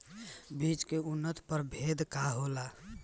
बीज के उन्नत प्रभेद का होला?